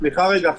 הגדרה לגבי מי